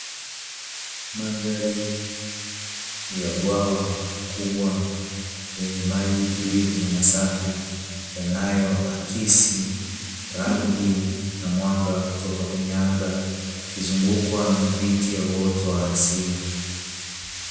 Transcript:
Mandhari ya bwawa kubwa lenye maji tulivu na masafi, yanayo akisi rangi na mwanga kutoka kwenye anga, ikizungukwa na miti ya uwoto wa asili.